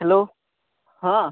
hello हाँ